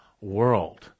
world